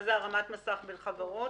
מה זה הרמת מסך בין חברות?